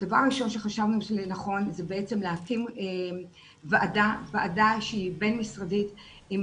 דבר ראשון שחשבנו שנכון זה בעצם להקים ועדה שהיא בין-משרדית עם